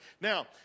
Now